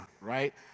right